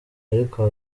ariko